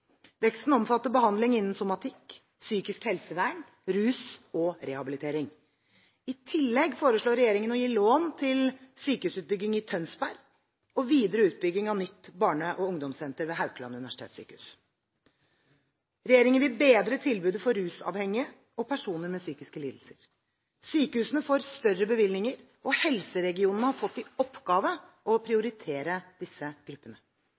Veksten omfatter behandling innen somatikk, psykisk helsevern, rus og rehabilitering. I tillegg foreslår regjeringen å gi lån til sykehusutbygging i Tønsberg og videre utbygging av nytt barne- og ungdomssenter ved Haukeland universitetssjukehus. Regjeringen vil bedre tilbudet for rusavhengige og personer med psykiske lidelser. Sykehusene får større bevilgninger, og helseregionene har fått i oppgave å prioritere disse gruppene.